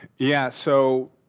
yeah, so,